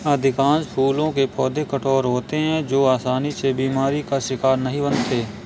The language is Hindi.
अधिकांश फूलों के पौधे कठोर होते हैं जो आसानी से बीमारी का शिकार नहीं बनते